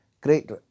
Great